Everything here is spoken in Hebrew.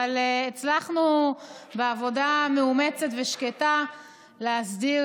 אבל הצלחנו בעבודה מאומצת ושקטה להסדיר